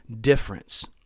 difference